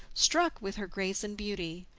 struck with her grace and beauty,